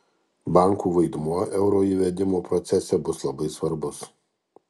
bankų vaidmuo euro įvedimo procese bus labai svarbus